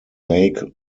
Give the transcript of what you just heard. lake